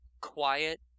quiet